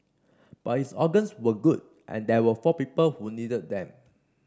but his organs were good and there were four people who needed them